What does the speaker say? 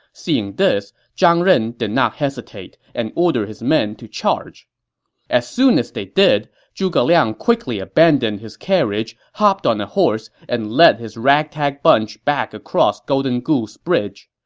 seeing this, zhang ren did not hesitate and ordered his men to charge as soon as they did, zhuge liang quickly abandoned his carriage, hopped on a horse, and led his ragtag bunch back across golden goose bridge.